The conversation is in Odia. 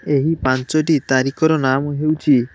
ଏହି ପାଞ୍ଚଟି ତାରିଖର ନାମ ହେଉଛି